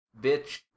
bitch